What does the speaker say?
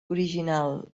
original